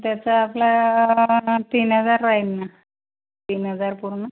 त्याचं आपल्याला तीन हजार राहील ना तीन हजार पूर्ण